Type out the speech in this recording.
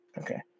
Okay